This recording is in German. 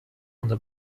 unter